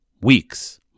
weeks